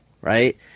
right